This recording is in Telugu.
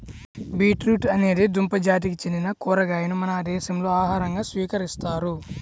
బీట్రూట్ అనేది దుంప జాతికి చెందిన కూరగాయను మన దేశంలో ఆహారంగా స్వీకరిస్తారు